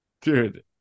Dude